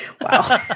Wow